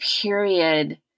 period